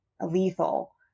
lethal